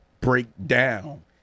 breakdown